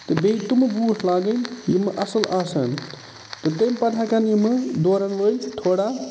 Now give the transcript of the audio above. تہٕ بیٚیہِ تٔمۍ بوٗٹھ لٲگٕنۍ یِم اَصٕل آسَن تہٕ تٔمۍ پتہٕ ہٮ۪کَن یِم دورَن وٲلۍ تھوڑا